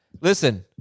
Listen